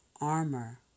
armor